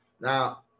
Now